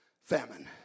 famine